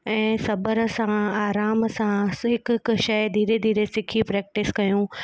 ऐं सबरु सां आराम सां हिकु हिकु शइ धीरे धीरे सिखी प्रैक्टिस कयूं